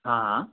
हाँ